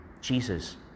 Jesus